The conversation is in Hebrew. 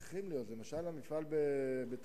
צריכים להיות, למשל המפעל בטול-כרם,